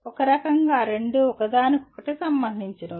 ఒకరకంగా రెండూ ఒకదానికొకటి సంబంధించినవి